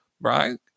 right